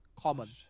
Common